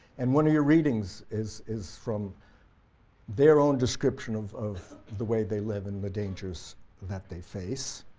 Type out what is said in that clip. and one of your readings is is from their own description of of the way they live and the dangers that they face